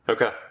Okay